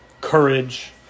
courage